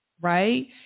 right